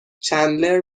چندلر